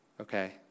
okay